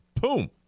Boom